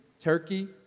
turkey